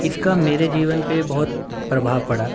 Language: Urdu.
اس کا میرے جیون پہ بہت پربھاؤ پڑا